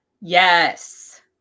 Yes